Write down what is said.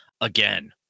again